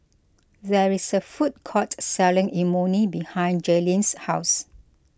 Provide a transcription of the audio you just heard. there is a food court selling Imoni behind Jailyn's house